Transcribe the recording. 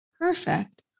Perfect